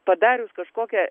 padarius kažkokią